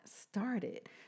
started